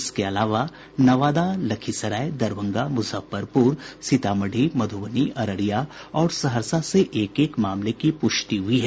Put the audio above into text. इसके अलावा नवादा लखीसराय दरभंगा मुजफ्फरपुर सीतामढ़ी मधुबनी अररिया और सहरसा से एक एक मामले की पुष्टि हुई है